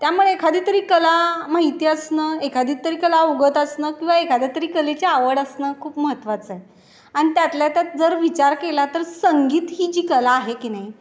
त्यामुळे एखादी तरी कला माहिती असणं एखादी तरी कला उमगत असणं किंवा एखाद्या तरी कलेची आवड असणं खूप महत्वाचं आहे आणि त्यातल्या त्यात जर विचार केला तर संगीत ही जी कला आहे की नाही